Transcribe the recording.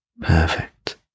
perfect